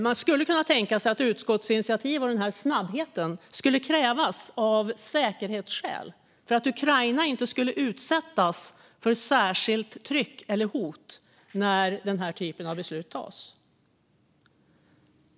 Man skulle kunna tänka sig att utskottsinitiativ och den här snabbheten krävs av säkerhetsskäl för att Ukraina inte ska utsättas för särskilt tryck eller hot när beslut som dessa tas.